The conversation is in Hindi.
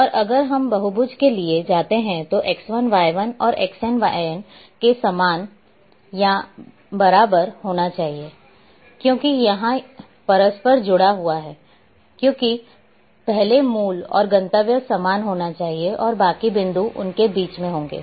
और अगर हम बहुभुज के लिए जाते हैं तो X1 Y1 को XnYn के समान या बराबर होना चाहिए क्योंकि यह यहां परस्पर जुड़ा हुआ है क्योंकि पहले मूल और गंतव्य समान होना चाहिए और बाकी बिंदु उनके बीच में होंगे